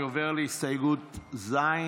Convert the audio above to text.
אני עובר להסתייגות לחלופין ז'.